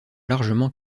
largement